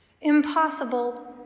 impossible